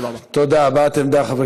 תודה רבה.